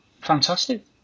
fantastic